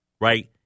right